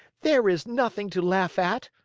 there is nothing to laugh at,